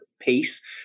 peace